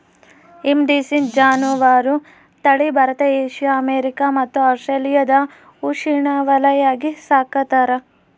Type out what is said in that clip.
indicine ಜಾನುವಾರು ತಳಿ Bharat Asia America ಮತ್ತು ಆಸ್ಟ್ರೇಲಿಯಾದ ಉಷ್ಣವಲಯಾಗ ಸಾಕ್ತಾರ